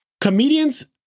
comedians